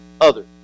others